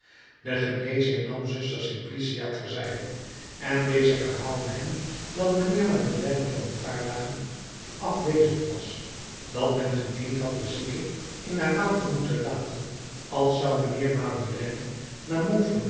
de geneesheer nam zuster simplicia ter zijde en deze verhaalde hem dat mijnheer madeleine voor een paar dagen afwezend was dat men gemeend had de zieke in haar waan te moeten laten als zou mijnheer madeleine